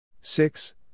Six